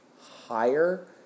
higher